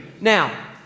Now